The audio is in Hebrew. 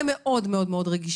ואנחנו נהיה מאוד מאוד רגישים.